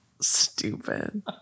Stupid